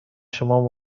شما